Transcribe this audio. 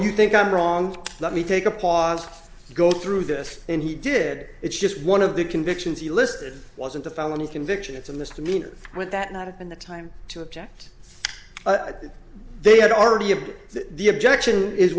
you think i'm wrong let me take a pause go through this and he did it's just one of the convictions you listed wasn't a felony conviction it's a misdemeanor with that night and the time to object they had already of the objection is